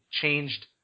changed